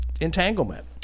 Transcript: entanglement